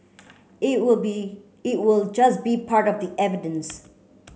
it will be it will just be part of the evidence